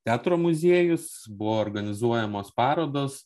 teatro muziejus buvo organizuojamos parodos